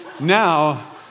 Now